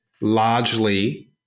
largely